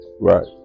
right